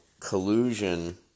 collusion